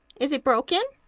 is it broken?